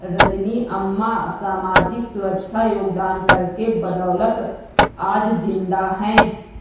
रजनी अम्मा सामाजिक सुरक्षा योगदान कर के बदौलत आज जिंदा है